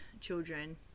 children